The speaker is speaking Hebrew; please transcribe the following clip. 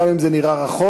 גם אם זה נראה רחוק,